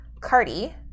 Cardi